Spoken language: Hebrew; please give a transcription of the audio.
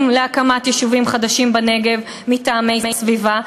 להקמת יישובים חדשים בנגב מטעמי סביבה,